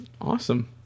Awesome